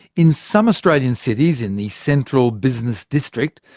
in some australian cities, in the central business district,